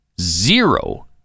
zero